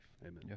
Amen